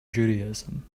judaism